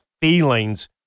feelings